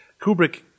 Kubrick